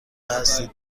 هستید